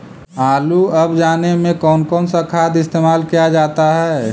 आलू अब जाने में कौन कौन सा खाद इस्तेमाल क्या जाता है?